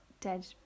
dead